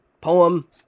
poem